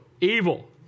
Evil